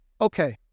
okay